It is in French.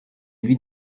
lui